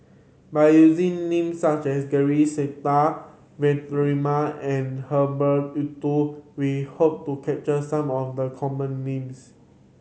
by using names such as George Sita Vikram Nair and Herbert Eleuterio we hope to capture some of the common names